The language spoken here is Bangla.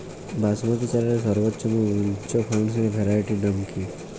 বাসমতী চালের সর্বোত্তম উচ্চ ফলনশীল ভ্যারাইটির নাম কি?